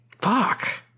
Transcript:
Fuck